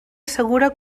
assegura